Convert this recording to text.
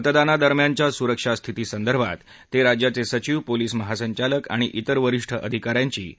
मतदानादरम्यानच्या सुरक्षा स्थितीसंदर्भात ते राज्याचे सचिव पोलिस महासंचालक आणि तिर वरिष्ठ अधिकाऱ्यांची उद्या भेट घेतील